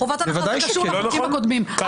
חובת הנחה זה קשור לחוקים הקודמים, אל תתבלבל.